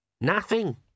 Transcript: Nothing